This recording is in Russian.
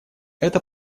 эта